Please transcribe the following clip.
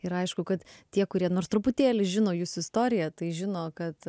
ir aišku kad tie kurie nors truputėlį žino jūsų istoriją tai žino kad